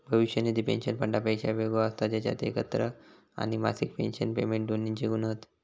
भविष्य निधी पेंशन फंडापेक्षा वेगळो असता जेच्यात एकत्र आणि मासिक पेंशन पेमेंट दोन्हिंचे गुण हत